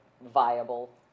viable